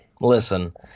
listen